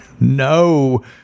no